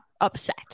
upset